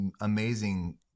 amazing